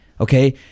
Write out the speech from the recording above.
Okay